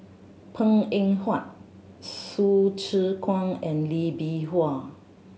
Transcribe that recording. Png Eng Huat Hsu Tse Kwang and Lee Bee Wah